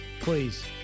please